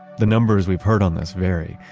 the numbers we've heard on this vary.